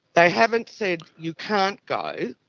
they haven't said you can't go,